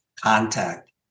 contact